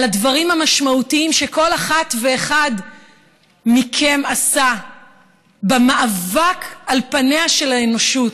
על הדברים המשמעותיים שכל אחת ואחד מכם עשה במאבק על פניה של האנושות,